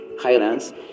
highlands